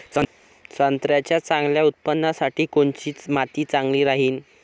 संत्र्याच्या चांगल्या उत्पन्नासाठी कोनची माती चांगली राहिनं?